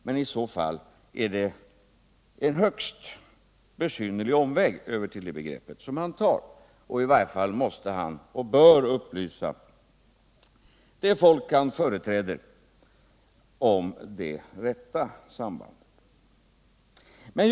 Men i så fall är det en högst besynnerlig omväg han tar över till det begreppet. Och i varje fall bör eller måste han upplysa det folk han företräder om det rätta sambandet.